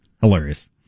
Hilarious